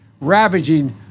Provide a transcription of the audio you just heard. Ravaging